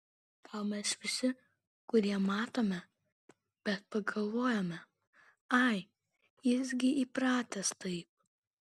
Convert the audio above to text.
gal mes visi kurie matome bet pagalvojame ai jis gi įpratęs taip